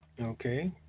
Okay